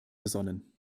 besonnen